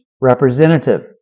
representative